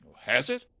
has it?